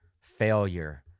failure